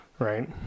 Right